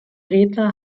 redner